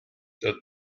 der